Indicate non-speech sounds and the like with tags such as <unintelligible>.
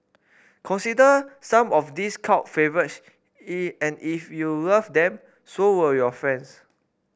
consider some of these cult <unintelligible> and if you love them so will your friends